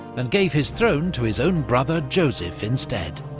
and gave his throne to his own brother, joseph, instead.